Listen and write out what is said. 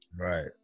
Right